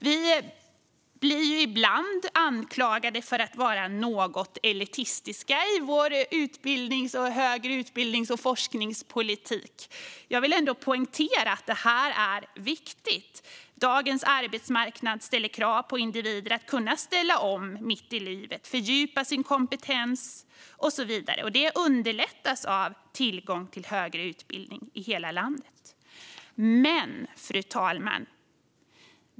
Vi blir ibland anklagade för att vara något elitistiska i vår politik för utbildning, högre utbildning och forskning, men jag vill poängtera att detta är viktigt. Dagens arbetsmarknad ställer krav på att individer kan ställa om mitt i livet, fördjupa sin kompetens och så vidare, och detta underlättas av tillgång till högre utbildning i hela landet.